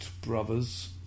Brothers